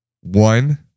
One